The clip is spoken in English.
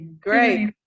great